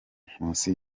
nkusi